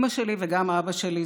אימא שלי וגם אבא שלי,